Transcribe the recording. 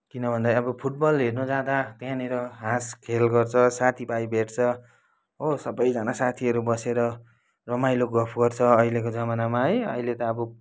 किनभन्दा अब फुटबल हेर्नुजाँदा त्यहाँनिर हाँस खेल गर्छ साथीभाइ भेट्छ हो सबैजना साथीहरू बसेर रमाइलो गफ गर्छ अहिलेको जमानामा है अहिले त अब